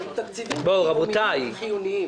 הם תקציבים חיוניים.